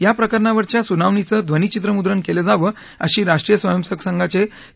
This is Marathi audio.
या प्रकरणावरच्या सुनावणीचं ध्वनीचित्रमुद्रण केलं जावं अशी राष्ट्रीय स्वयंसेवक संघाचे के